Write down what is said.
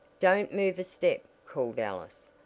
don't move a step! called alice,